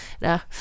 No